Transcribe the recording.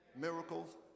miracles